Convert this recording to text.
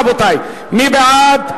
רבותי, מי בעד?